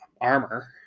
armor